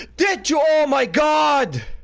did you! oh my god!